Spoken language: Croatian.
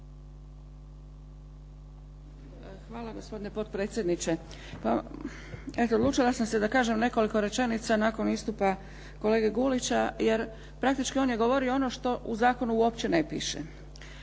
Hvala. Gospodine potpredsjedniče. Pa eto, odlučila sam se da kažem nekoliko rečenica nakon istupa kolege Gulića jer praktički on je govorio ono što u zakonu uopće ne piše.